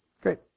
Great